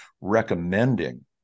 recommending